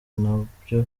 nabyo